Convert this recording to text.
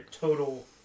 total